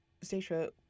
Stacia